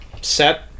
set